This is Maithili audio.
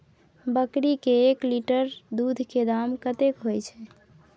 बकरी के एक लीटर दूध के दाम कतेक होय छै?